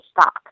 stop